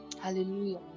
Hallelujah